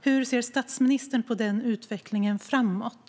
Hur ser statsministern på den utvecklingen framåt?